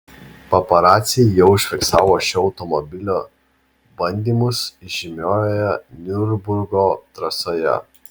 paparaciai jau užfiksavo šio automobilio bandymus įžymiojoje niurburgo trasoje